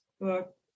book